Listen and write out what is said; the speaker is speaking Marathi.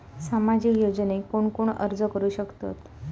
सामाजिक योजनेक कोण कोण अर्ज करू शकतत?